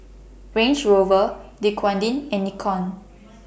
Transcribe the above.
Range Rover Dequadin and Nikon